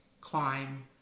climb